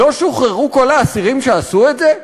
לא שוחררו כל האסירים שעשו את זה?